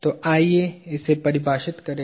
तो आइए इसे परिभाषित करें